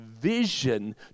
vision